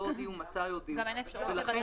לא הודיעו,